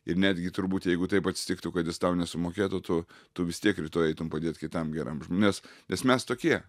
ir netgi turbūt jeigu taip atsitiktų kad jis tau nesumokėtų tu tu vis tiek rytoj eitum padėt kitam geram žm nes nes mes tokie